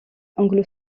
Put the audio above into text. anglo